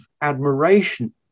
admiration